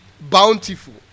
bountiful